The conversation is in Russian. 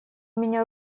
меня